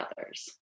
others